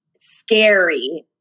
scary